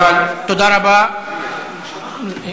התשע"ג 2013,